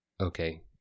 okay